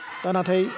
दा नाथाय